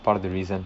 part of the reason